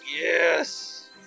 Yes